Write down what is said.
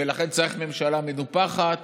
ולכן צריך ממשלה מנופחת